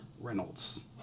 Reynolds